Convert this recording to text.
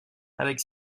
avec